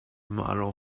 model